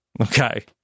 Okay